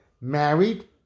married